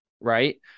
right